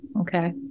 Okay